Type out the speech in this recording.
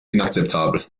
inakzeptabel